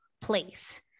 place